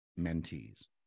mentees